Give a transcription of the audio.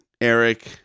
Eric